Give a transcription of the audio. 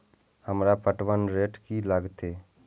हमरा पटवन रेट की लागते?